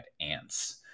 Ants